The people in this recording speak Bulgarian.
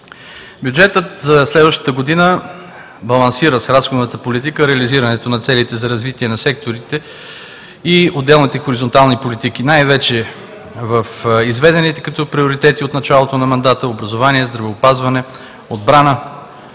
Бюджетът за следващата година балансира с разходната политика реализирането на целите за развитие на секторите и отделните хоризонтални политики, най-вече в изведените като приоритети от началото на мандата – образование, здравеопазване, отбрана,